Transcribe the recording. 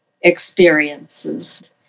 experiences